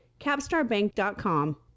capstarbank.com